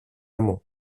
μου